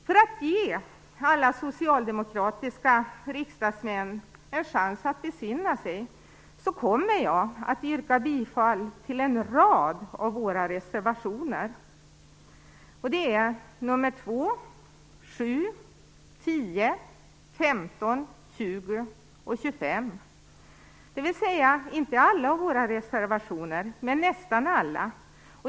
För att ge alla socialdemokratiska riksdagsledamöter en chans att besinna sig kommer jag att yrka bifall till en rad av våra reservationer, nämligen reservationerna nr 2, 7, 10, 15, 20 och 25, dvs. inte alla våra reservationer, men nästan alla.